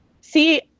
See